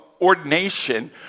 ordination